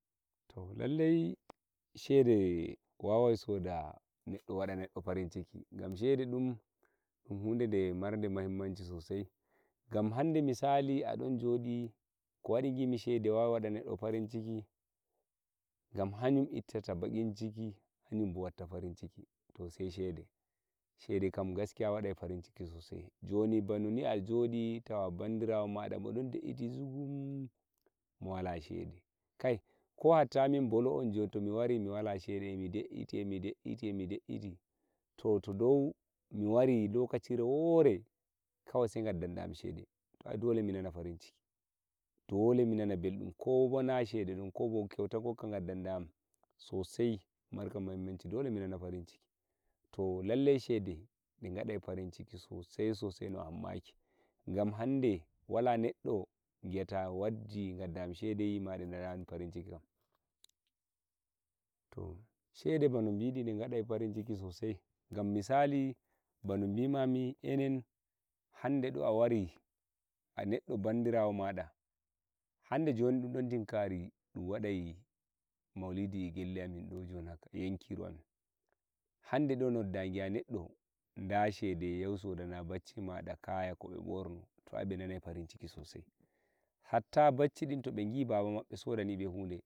To lallai shede wawai soda neddo wada neddo farinciki gam shede dum don hude de marde muhimmanci sosai sai gam hande misali adon jodi kowadi gimmi shede wawai o wadai neddo farin ciki gam hanum ittata bakinciki haccin ittake bakin ciki hanunbo watta farinciki to sai shede shede kam gaskiya wadai farinciki sosai joni banomin joni ta bandirawoada eh jeɗi shiru gam mowala shede ko hatta min bolwowo jon tomi wari lokaci re wore kawi sai gaddan ɗayam shede shede ai dole minanan farinciki dole mi nana beldum kobo na dun shede ko keuta kokka gaddanɗayam sai minanan farinciki to lallai shede kawai shi mingadai farinciki osai no a hammaki gam ande wala neddo gi'ata waddi daya shede nanayi farinciki kam to shede bano biden shede gaɗai farinciki sosai gam misali bano bimami enen hande do a wari a neɗɗo bandirawo maɗa hande jon mindon hokkai dun wadai maulidi gelle amin ɗum yankiru hande ɗo nodda neddo da shede yau sodani bacci maɗa kaya ko murnoto ai benanai farinciki sosai hatta baccidin to be gi baba maɓɓe soda nibe hude.